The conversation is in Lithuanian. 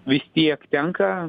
vis tiek tenka